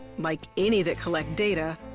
like any that collect data,